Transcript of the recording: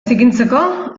zikintzeko